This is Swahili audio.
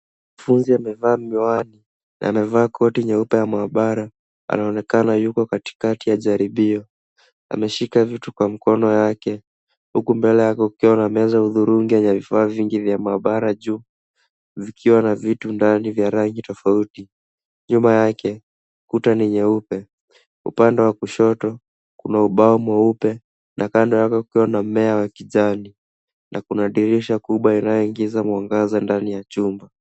Mwanafunzi amevaa miwani, amevaa koti jeupe ya maabara. Anaonekana yuko katikati ya jaribio. Ameshika vitu kwa mkono yake huku mbele yake kukiwa na meza ya hudhurungi yenye vifaa vingi vya maabara juu vikiwa na vitu ndani vya rangi tofauti. Nyuma yake kuta ni nyeupe. Upande wa kushoto kuna ubao mweupe na kando yake kukiwa na mmea wa kijani. Na kuna dirisha kubwa inayoingiza mwangaza ndani ya chumba.